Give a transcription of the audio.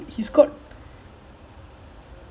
oh ya first two season right